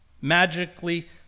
magically